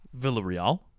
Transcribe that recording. Villarreal